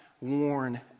worn